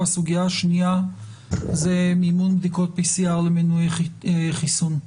והסוגיה השנייה זה מימון בדיקות PCR למנועי חיסון.